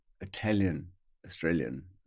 Italian-Australian